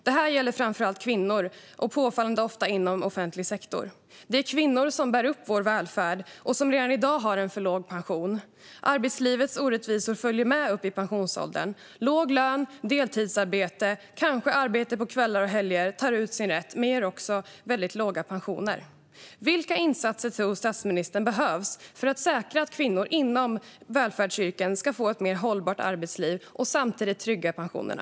Det gäller framför allt kvinnor och påfallande ofta inom offentlig sektor. Det är kvinnor som bär upp vår välfärd och som redan i dag har en för låg pension. Arbetslivets orättvisor följer med upp i pensionsåldern. Låg lön, deltidsarbete och kanske arbete på kvällar och helger tar ut sin rätt och med det följer också väldigt låga pensioner. Vilka insatser tror statsministern behövs för att säkra att kvinnor inom välfärdsyrken ska få ett mer hållbart arbetsliv och samtidigt trygga pensionerna?